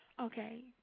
Okay